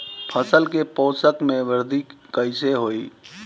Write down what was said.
फसल के पोषक में वृद्धि कइसे होई?